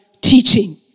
teaching